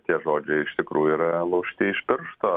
tie žodžiai iš tikrųjų yra laužti iš piršto